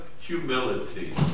humility